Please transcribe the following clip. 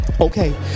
Okay